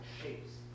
shapes